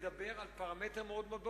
מדבר על פרמטר מאוד .